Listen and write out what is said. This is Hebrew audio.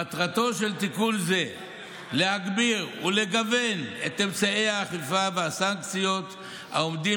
מטרתו של תיקון זה להגביר ולגוון את אמצעי האכיפה והסנקציות העומדים